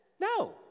No